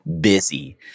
busy